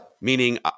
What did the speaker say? Meaning